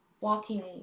walking